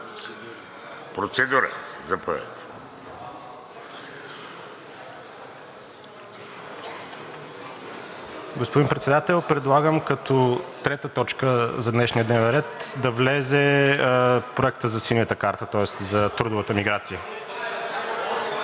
БОЖАНОВ (ДБ): Господин Председател, предлагам като трета точка за днешния дневен ред да влезе Проектът за Синята карта, тоест за трудовата миграция.